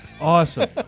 Awesome